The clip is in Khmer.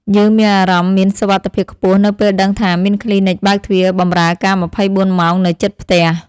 យើងមានអារម្មណ៍មានសុវត្ថិភាពខ្ពស់នៅពេលដឹងថាមានគ្លីនិកបើកទ្វារបម្រើការម្ភៃបួនម៉ោងនៅជិតផ្ទះ។